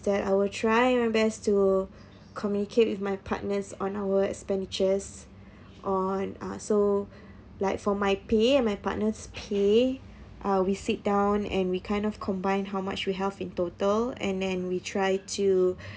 that I will try my best to communicate with my partners on our expenditures on uh so like for my pay and my partner's pay uh we sit down and we kind of combine how much we have in total and then we try to